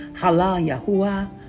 Hallelujah